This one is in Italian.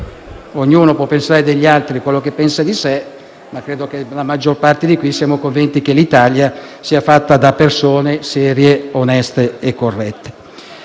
ognuno può pensare degli altri quello che pensa di sé; ma credo che la maggior parte di noi qui presenti sia convinta che l'Italia sia fatta da persone serie, oneste e corrette.